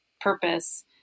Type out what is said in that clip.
purpose